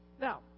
Now